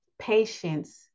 patience